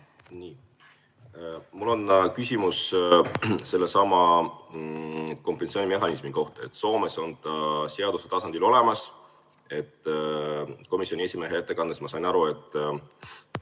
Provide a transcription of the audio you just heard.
Mul on küsimus sellesama kompensatsioonimehhanismi kohta. Soomes on see seaduse tasandil olemas. Komisjoni esimehe ettekandest ma sain aru, et